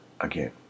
again